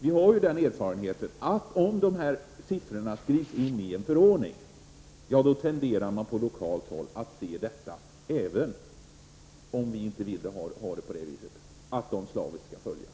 Vi har ju den erfarenheten att om siffror skrivs in i en förordning, tenderar man på lokalt håll att se det så — även om vi inte vill ha det på det sättet — att de slaviskt skall följas.